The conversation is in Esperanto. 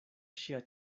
ŝia